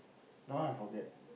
that one I forget